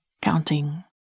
counting